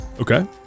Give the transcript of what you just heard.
Okay